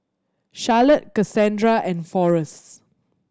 Charlotte Kasandra and Forests